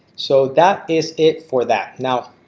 so that is it for that. now,